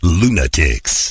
lunatics